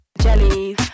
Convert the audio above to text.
Jelly